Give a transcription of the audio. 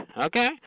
Okay